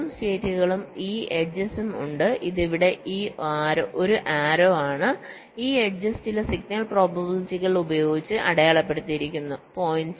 3 സ്റ്റേറ്റ്കളും ഈ എഡ്ജസും ഉണ്ട് ഇത് ഇവിടെ ഒരു ആരോ ആണ് ഈ എഡ്ജസ് ചില സിഗ്നൽ പ്രോബബിലിറ്റികൾ ഉപയോഗിച്ച് അടയാളപ്പെടുത്തിയിരിക്കുന്നു 0